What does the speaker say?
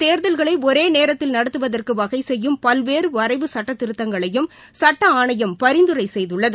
தேர்தல்களை ஒரே நேரத்தில் நடத்துவதற்கு வகை செய்யும் பல்வேறு வரைவு இந்த சட்டத்திருத்தத்தங்களையும் சட்ட ஆணையம் பரிந்துரை செய்துள்ளது